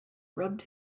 rubbed